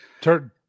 Turn